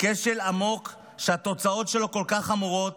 כשל עמוק שהתוצאות שלו כל כך חמורות,